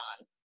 on